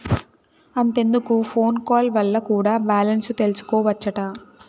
అంతెందుకు phone call వల్ల కూడా బాలెన్స్ తెల్సికోవచ్చట